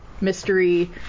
mystery